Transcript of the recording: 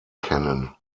kennen